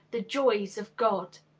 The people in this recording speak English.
the joys of god.